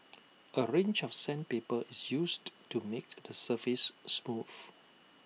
A range of sandpaper is used to make the surface smooth